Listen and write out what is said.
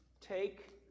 Take